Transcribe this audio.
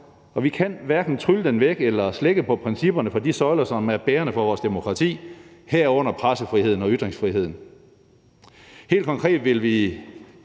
og vi kan hverken trylle den væk eller slække på principperne for de søjler, som er bærende for vores demokrati, herunder pressefriheden og ytringsfriheden. Helt konkret vil vi